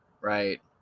right